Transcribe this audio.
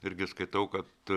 irgi skaitau kad